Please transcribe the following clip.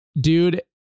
dude